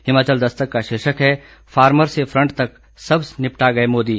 हिमाचल दस्तक का शीर्षक है फार्मर से फंट तक सब निपटा गए मोदी